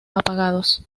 apagados